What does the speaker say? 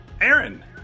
Aaron